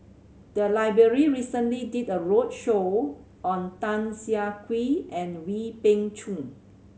the library recently did a roadshow on Tan Siah Kwee and Wee Beng Chong